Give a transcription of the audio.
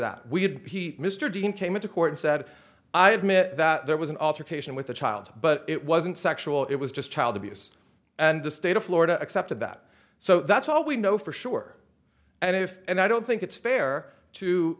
that we had mr dean came into court and said i admit that there was an altercation with a child but it wasn't sexual it was just child abuse and the state of florida accepted that so that's all we know for sure and if and i don't think it's fair to